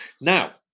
Now